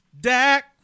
Dak